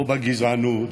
לא גזענות,